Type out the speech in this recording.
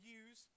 use